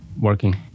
working